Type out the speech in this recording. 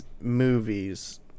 movies